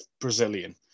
Brazilian